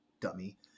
dummy